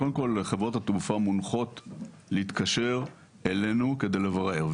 חברות התעופה מונחות להתקשר אלינו כדי לברר.